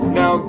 now